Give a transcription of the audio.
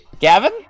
Gavin